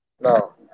No